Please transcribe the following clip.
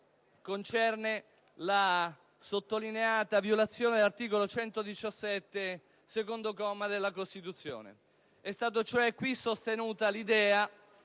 concerne la sottolineata violazione dell'articolo 117, secondo comma, della Costituzione. È stata qui sostenuta l'idea